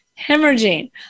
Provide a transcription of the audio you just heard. hemorrhaging